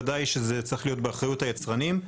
ודאי שזה צריך להיות באחריות היצרנים.